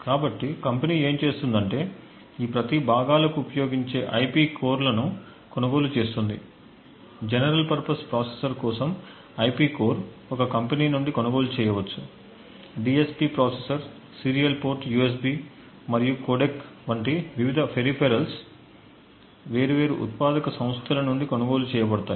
కాబట్టి కంపెనీ ఏమి చేస్తుందంటే ఈ ప్రతి భాగాలకు ఉపయోగించే ఐపి కోర్లను కొనుగోలు చేస్తుంది జనరల్ పర్పస్ ప్రాసెసర్ కోసం ఐపి కోర్ ఒక కంపెనీ నుండి కొనుగోలు చేయవచ్చు DSP processor serial port USB మరియు కోడెక్వంటి వివిధ పెరిఫెరల్స్ వేర్వేరు ఉత్పాదక సంస్థల నుండి కొనుగోలు చేయబడతాయి